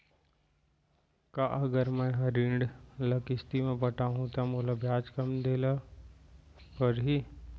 का अगर मैं हा ऋण ल किस्ती म पटाहूँ त मोला ब्याज कम देहे ल परही?